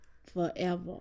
Forever